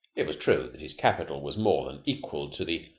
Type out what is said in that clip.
it was true that his capital was more than equal to the,